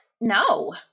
No